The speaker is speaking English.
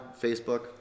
Facebook